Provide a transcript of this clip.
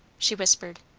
she whispered.